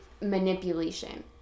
manipulation